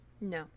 no